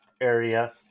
area